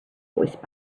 voice